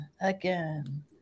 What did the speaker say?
again